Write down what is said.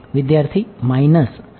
વિદ્યાર્થી માઇનસ